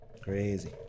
Crazy